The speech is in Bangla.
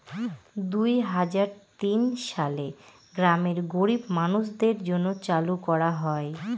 দুই হাজার তিন সালে গ্রামের গরীব মানুষদের জন্য চালু করা হয়